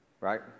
right